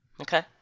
Okay